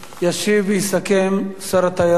ישיב ויסכם שר התיירות,